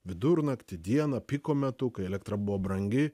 vidurnaktį dieną piko metu kai elektra buvo brangi